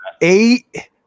eight